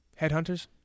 Headhunters